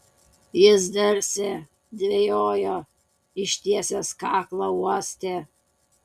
jis delsė dvejojo ištiesęs kaklą uostė